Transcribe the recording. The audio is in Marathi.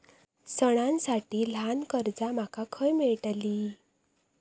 सणांसाठी ल्हान कर्जा माका खय मेळतली?